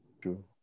true